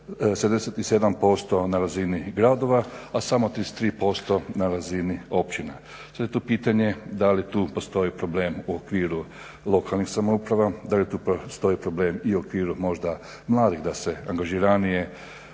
77% na razini gradova, a samo 33% na razini općina. Sad je tu pitanje da li tu postoji problem u okviru lokalnih samouprava, da li tu postoji problem i u okviru možda mladih da se angažiranije